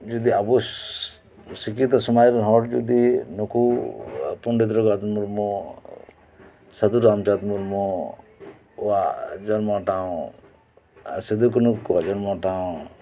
ᱡᱩᱫᱤ ᱟᱵᱚ ᱥᱤᱠᱷᱤᱛᱚ ᱥᱚᱢᱟᱡᱽ ᱨᱮᱱ ᱦᱚᱲ ᱡᱩᱫᱤ ᱱᱩᱠᱩ ᱯᱚᱱᱰᱤᱛ ᱨᱩᱜᱷᱩᱱᱟᱛᱷ ᱢᱩᱨᱢᱩ ᱥᱟᱫᱷᱩᱨᱟᱢ ᱪᱟᱸᱫ ᱢᱩᱨᱢᱩᱭᱟᱜ ᱡᱚᱱᱢᱚ ᱴᱷᱟᱶ ᱥᱤᱫᱩ ᱠᱟᱹᱱᱩ ᱛᱟᱠᱚᱭᱟᱜ ᱡᱚᱱᱢᱚ ᱴᱷᱟᱶ